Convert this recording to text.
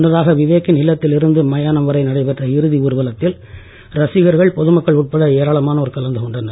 முன்னதாக விவேக்கின் இல்லத்தில் இருந்து மயானம் வரை நடைபெற்ற இறுதி ஊர்வலத்தில் ரசிகர்கள் பொது மக்கள் உட்பட ஏராளமானோர் கலந்து கொண்டனர்